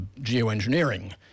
geoengineering